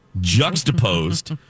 juxtaposed